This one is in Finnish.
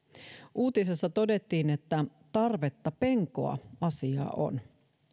uutisessa todettiin että tarvetta penkoa asiaa on